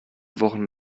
wochen